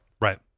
right